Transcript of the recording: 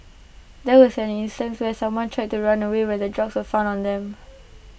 there was an instance where someone tried to run away when the drugs were found on them